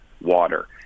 water